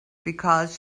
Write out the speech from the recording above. because